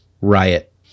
Riot